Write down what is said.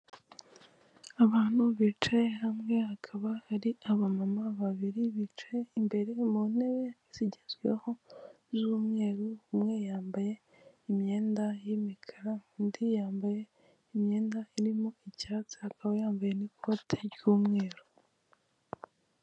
Abantu bicaye hamwe akaba ari abamama babiri bicaye imbere mu ntebe zigezweho z'umweru, umwe yambaye imyenda y'imikara undi yambaye imyenda irimo icyatsi akaba yambaye n'ikote ry'umweru.